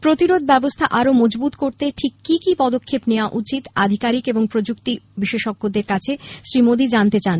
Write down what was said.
প্রতিরোধ ব্যবস্হা আরও মজবুত করতে ঠিক কি কি পদক্ষেপ নেওয়া উচিত আধিকারিক এবং প্রযুক্তি বিশেষজ্ঞদের কাছে শ্রী মোদী জানতে চান